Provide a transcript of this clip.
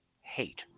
hate